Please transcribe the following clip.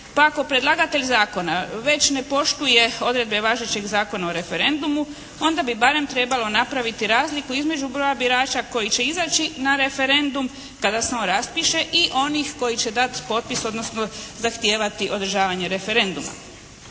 pa ako predlagatelj zakona već ne poštuje odredbe važećeg Zakona o referendumu onda bi barem trebalo napraviti razliku između broja birača koji će izaći na referendum kada se on raspiše i onih koji će dat potpis odnosno zahtijevati održavanje referenduma.